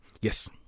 Yes